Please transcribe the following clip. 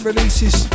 Releases